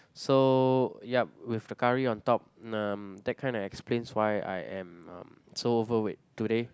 so yup with the curry on top um that kinda explains why I am um so overweight today